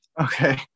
okay